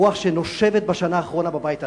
רוח שנושבת בשנה האחרונה בבית הזה.